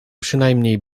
przynajmniej